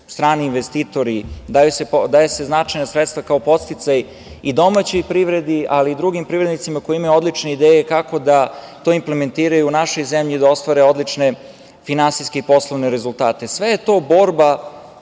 strani investitori, daju se značajna sredstva kao podsticaj i domaćoj privredi, ali i drugim privrednicima koji imaju odlične ideje kako da to implementiraju u našoj zemlji i da ostvare odlične finansijske i poslovne rezultate. Sve je to borba